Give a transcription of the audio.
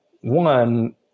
one